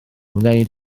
gwneud